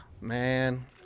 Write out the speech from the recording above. man